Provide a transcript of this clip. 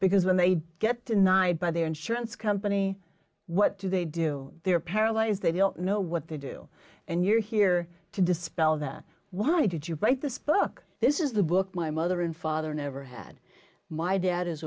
because when they get denied by their insurance company what do they do they are paralyzed they don't know what they do and you're here to dispel that why did you write this book this is the book my mother and father never had my dad is